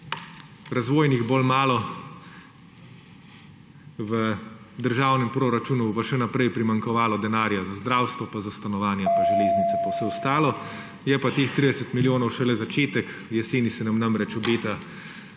Razvojnih bolj malo, v državnem proračunu bo pa še naprej primanjkovalo denarja za zdravstvo, za stanovanja, železnice pa vse ostalo. Je pa teh 30 milijonov šele začetek, v jeseni se nam namreč obeta